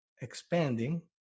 expanding